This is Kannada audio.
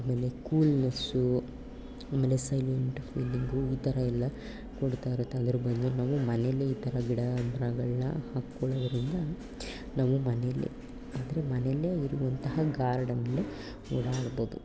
ಆಮೇಲೆ ಕೂಲ್ನೆಸ್ಸು ಆಮೇಲೆ ಸೈಲೆಂಟ್ ಫೀಲಿಂಗು ಈ ಥರ ಎಲ್ಲ ಕೊಡ್ತಾ ಇರುತ್ತೆ ಅದ್ರ ಬದಲು ನಾವು ಮನೇಲೆ ಈ ಥರ ಗಿಡ ಮರಗಳನ್ನು ಹಾಕ್ಕೊಳೋದ್ರಿಂದ ನಮ್ಗೆ ಮನೇಲೆ ಅಂದರೆ ಮನೇಲೆ ಇರುವಂತಹ ಗಾರ್ಡನ್ನಿಗೆ ಓಡಾಡ್ಬೌದು